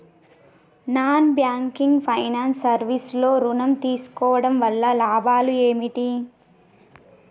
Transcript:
Non banking finance service లో ఋణం తీసుకోవడం వల్ల లాభాలు ఏమిటి?